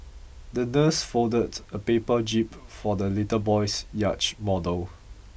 the nurse folded a paper jib for the little boy's yacht model